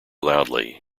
loudly